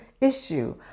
issue